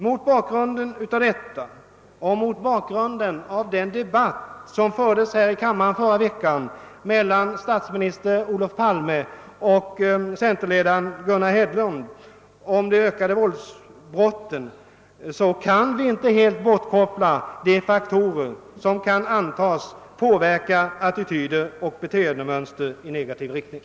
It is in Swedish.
Mot bakgrunden av denna situation och efter den debatt, som förra veckan fördes här i kammaren mellan statsminister Olof Palme och centerledaren Gunnar Hedlund om det ökande antalet våldsbrott, måste vi säga oss, att vi inte helt kan bortse från att faktorer som de här nämnda kan antas påverka attityder och beteendemönster i negativ riktning.